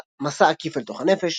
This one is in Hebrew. "מסע עקיף אל תוך הנפש".